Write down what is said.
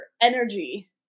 energy